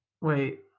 Wait